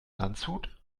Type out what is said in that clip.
landshut